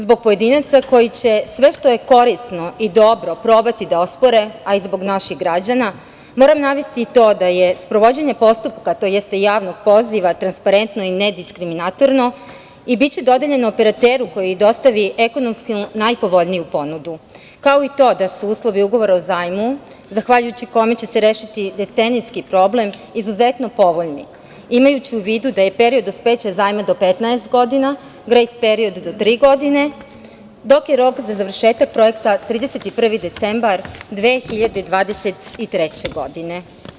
Zbog pojedinaca koji će sve što je korisno i dobro probati da ospore, a i zbog naših građana, moram navesti i to da je sprovođenje postupka, tj. javnog poziva transparentno i nediskriminatorno i biće dodeljeno operateru koji dostavi ekonomski najpovoljniju ponudu, kao i to da su uslovi ugovora o zajmu, zahvaljujući kome će se rešiti decenijski problem, izuzetno povoljni, imajući u vidu da je period dospeća zajma do 15 godina, grejs period do tri godine, dok je rok za završetak projekta 31. decembar 2023. godine.